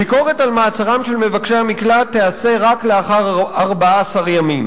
ביקורת על מעצרם של מבקשי המקלט תיעשה רק לאחר 14 ימים.